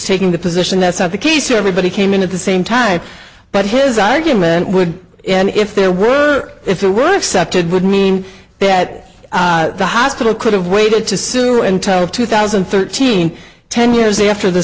seeking the position that's not the case or everybody came in at the same time but his argument would and if there were if it were accepted would mean that the hospital could have waited to sue and have two thousand and thirteen ten years after the